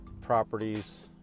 properties